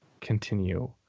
continue